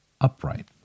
upright